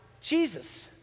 Jesus